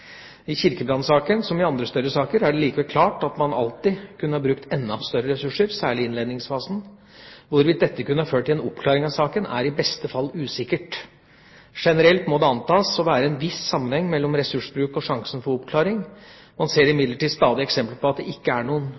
I kirkebrannsaken som i andre større saker er det likevel klart at man alltid kunne brukt enda større ressurser, særlig i innledningsfasen. Hvorvidt dette kunne ført til en oppklaring av saken, er i beste fall usikkert. Generelt må det antas å være en viss sammenheng mellom ressursbruk og sjansen for oppklaring. Man ser imidlertid stadig eksempler på at det ikke er noen